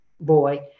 boy